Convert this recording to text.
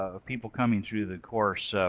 ah people coming through the course.